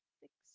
fix